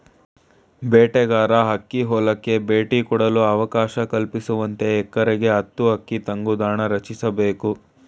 ಬೇಟೆಗಾರ ಹಕ್ಕಿ ಹೊಲಕ್ಕೆ ಭೇಟಿ ಕೊಡಲು ಅವಕಾಶ ಕಲ್ಪಿಸುವಂತೆ ಎಕರೆಗೆ ಹತ್ತು ಹಕ್ಕಿ ತಂಗುದಾಣ ರಚಿಸ್ಬೇಕು